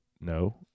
No